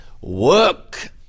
work